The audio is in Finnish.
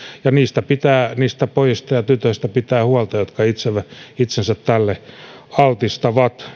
ja niistä pojista ja tytöistä pitää pitää huolta jo etukäteen jotka itsensä tälle altistavat